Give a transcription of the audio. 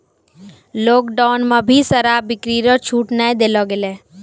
lockdown मे भी शराब बिक्री रो छूट नै देलो गेलै